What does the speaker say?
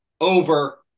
over